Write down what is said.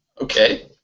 okay